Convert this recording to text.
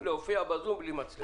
להופיע בזום בלי מצלמה.